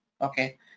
Okay